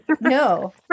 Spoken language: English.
no